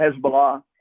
Hezbollah